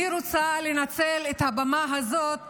אני רוצה לנצל את הבמה הזאת